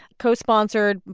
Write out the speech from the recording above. co-sponsored,